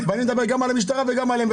אני אדבר גם על המשטרה וגם עליהם,